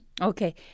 Okay